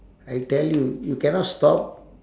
I tell you you cannot stop